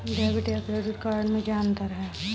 Debit या credit card में क्या अन्तर है?